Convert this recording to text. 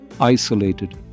isolated